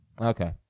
Okay